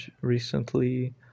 recently